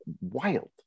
wild